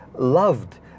loved